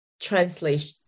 translation